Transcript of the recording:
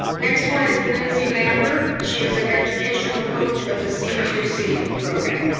next one is lindsay lampert, she is an educational coach of the c two c program.